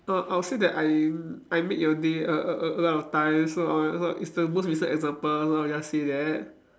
uh I would say that I'm I make your day a a a lot of times so it's the more recent example so I will just say that